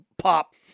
pop